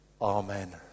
Amen